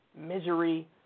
misery